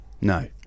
No